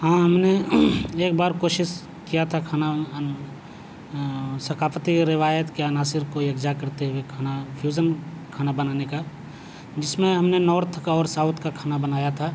ہاں ہم نے ایک بار کوشش کیا تھا کھانا ثقافتی روایت کے عناصر کو یکجا کرتے ہوئے کھانا فیوژن کھانا بنانے کا جس میں ہم نے نارتھ کا اور ساؤتھ کا کھانا بنایا تھا